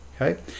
okay